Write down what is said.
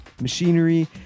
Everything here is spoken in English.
machinery